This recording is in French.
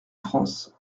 france